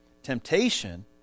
Temptation